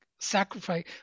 sacrifice